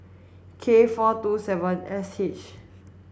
K four two seven S H